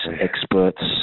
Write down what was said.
experts